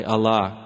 Allah